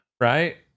Right